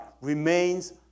remains